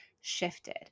shifted